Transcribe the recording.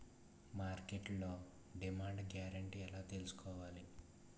మార్కెట్లో demand guarantee ఎలా తెల్సుకోవాలి?